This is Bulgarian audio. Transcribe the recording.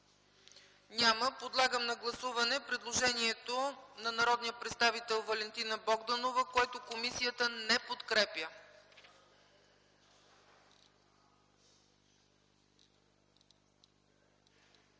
Няма. Подлагам на гласуване предложението на народния представител Валентина Богданова, което комисията не подкрепя.